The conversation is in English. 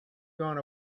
gone